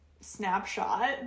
snapshot